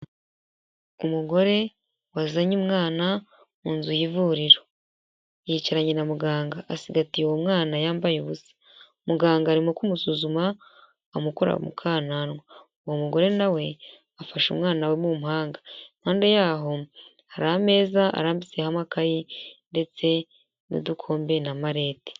Umugore wazanye umwana mu nzu y'ivuriro, yicaranye na muganga asigatiye uwo mwana yambaye ubusa, muganga arimo kumusuzuma amukora mu kananwa, uwo mugore na we afashe umwana we mu mpanga, impande yaho hari ameza arambitseho amakayi ndetse n'udukombe na marete.